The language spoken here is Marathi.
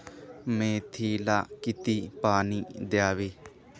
मेथीला किती पाणी द्यावे?